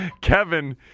Kevin